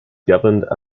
governed